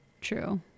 True